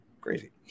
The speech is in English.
Crazy